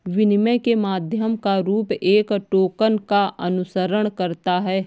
विनिमय के माध्यम का रूप एक टोकन का अनुसरण करता है